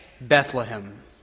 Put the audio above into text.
Bethlehem